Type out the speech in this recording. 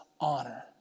honor